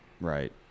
Right